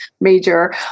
major